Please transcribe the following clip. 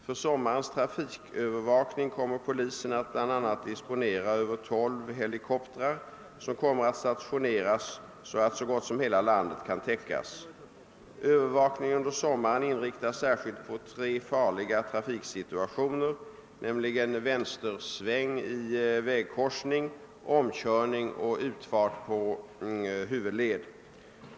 För sommarens trafikövervakning kommer polisen att bl.a. disponera över tolv helikoptrar som kommer att stationeras så att så gott som hela landet kan täckas. Övervakningen under sommaren inriktas särskilt på tre farliga trafiksituationer, nämligen vänstersväng i vägkorsning, omkörning och utfart på huvudled.